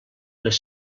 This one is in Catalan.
les